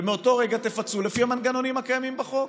ומאותו רגע תפצו לפי המנגנונים הקיימים בחוק.